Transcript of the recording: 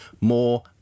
more